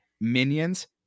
Minions